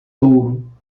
touro